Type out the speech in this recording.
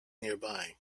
nearby